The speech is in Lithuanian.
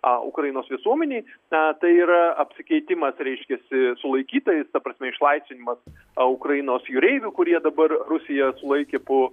a ukrainos visuomenėj a tai yra apsikeitimas reiškiasi sulaikytais ta prasme išlaisvinimas a ukrainos jūreivių kurie dabar rusija sulaikė po